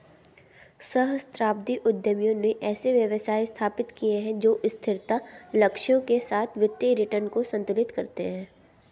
सहस्राब्दी उद्यमियों ने ऐसे व्यवसाय स्थापित किए जो स्थिरता लक्ष्यों के साथ वित्तीय रिटर्न को संतुलित करते हैं